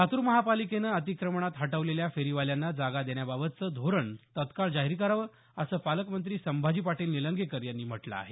लातूर महानगरपालिकेनं अतिक्रमणात हटवलेल्या फेरीवाल्यांना जागा देण्याबाबतचं धोरण तत्काळ जाहीर करावं असं पालकमंत्री संभाजी पाटील निलंगेकर यांनी म्हटलं आहे